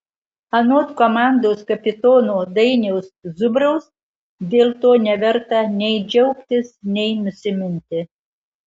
anot komandos kapitono dainiaus zubraus dėl to neverta nei džiaugtis nei nusiminti